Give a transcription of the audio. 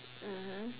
mmhmm